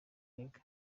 nigga